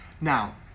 Now